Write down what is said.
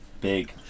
Big